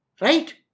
Right